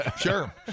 Sure